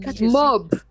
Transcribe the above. Mob